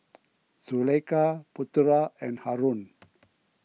Zulaikha Putera and Haron